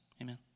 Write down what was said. Amen